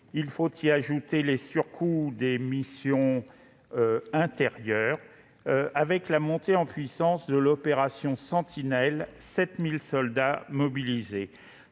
Il faut y ajouter les surcoûts liés aux missions intérieures, avec la montée en puissance de l'opération Sentinelle et ses 7 000 soldats mobilisés.